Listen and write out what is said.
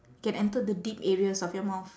can enter the deep areas of your mouth